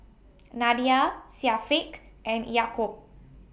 Nadia Syafiq and Yaakob